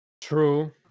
True